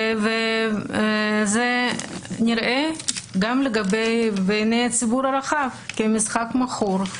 זה נראה גם בעיני הציבור הרחב כמשחק מכור,